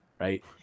Right